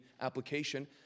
application